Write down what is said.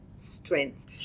Strength